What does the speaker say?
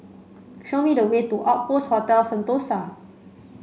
show me the way to Outpost Hotel Sentosa